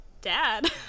Dad